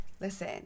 listen